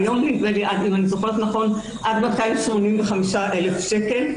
היום כמדומני זה עד 285,000 שקל.